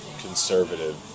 conservative